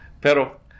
pero